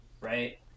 right